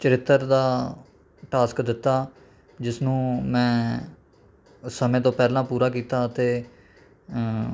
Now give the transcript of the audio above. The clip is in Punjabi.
ਚਰਿੱਤਰ ਦਾ ਟਾਸਕ ਦਿੱਤਾ ਜਿਸ ਨੂੰ ਮੈਂ ਸਮੇਂ ਤੋਂ ਪਹਿਲਾਂ ਪੂਰਾ ਕੀਤਾ ਅਤੇ